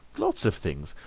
lots of things.